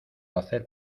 hacer